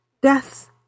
death